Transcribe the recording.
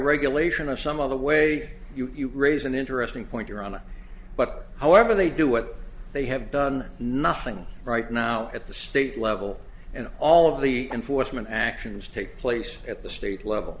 regulation of some other way you raise an interesting point you're on but however they do what they have done nothing right now at the state level and all of the enforcement actions take place at the state level